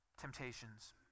temptations